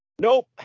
Nope